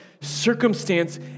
circumstance